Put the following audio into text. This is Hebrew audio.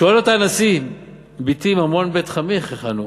שואל אותה הנשיא: בתי, ממון בית חמיך היכן הוא?